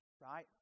right